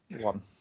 one